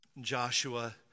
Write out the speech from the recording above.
Joshua